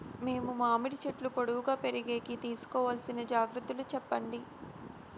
మేము మామిడి చెట్లు పొడువుగా పెరిగేకి తీసుకోవాల్సిన జాగ్రత్త లు చెప్పండి?